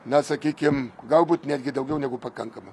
na sakykim galbūt netgi daugiau negu pakankama